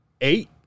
Eight